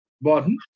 Borden